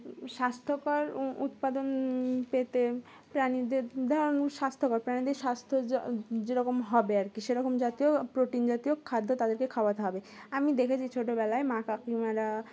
স্বাস্থ্যকর উৎপাদন পেতে প্রাণীদের উদাহরণ স্বাস্থ্যকর প্রাণীদের স্বাস্থ্য যেরকম হবে আর কি সেরকম জাতীয় প্রোটিন জাতীয় খাদ্য তাদেরকে খাওয়াতে হবে আমি দেখেছি ছোটোবেলায় মা কাকিমারা